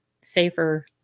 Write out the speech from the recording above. safer